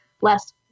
less